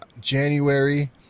January